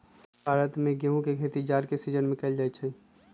भारत में गेहूम के खेती जाड़ के सिजिन में कएल जाइ छइ